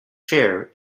fair